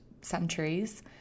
centuries